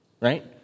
right